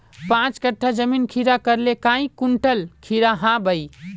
पाँच कट्ठा जमीन खीरा करले काई कुंटल खीरा हाँ बई?